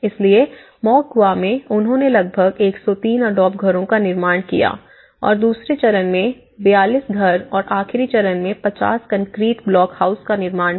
इसलिए मौकगआ में उन्होंने लगभग 103 एडोब घरों का निर्माण किया और दूसरे चरण में 42 घर और आखिरी चरण में 50 कंक्रीट ब्लॉक हाउस का निर्माण किया